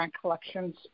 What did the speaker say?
Collections